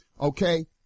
Okay